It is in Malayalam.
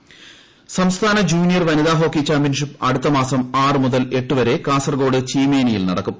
വനിത ഹോക്കി സംസ്ഥാന ജൂനിയർ വനിത ഹോക്കി ചാമ്പ്യൻഷിപ്പ് അടുത്ത മാസം ആറ് മുതൽ എട്ട് വരെ കാസർഗോഡ് ചീമേനിയിൽ നടക്കും